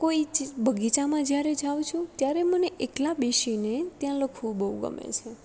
કોઈ જ બગીચામાં જ્યારે જાઉં છું ત્યારે મને એકલા બેસીને ત્યાં લખવું બહુ ગમે છે